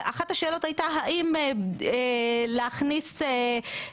אחת השאלות הייתה האם להכניס שהמ.מ.מ